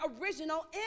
original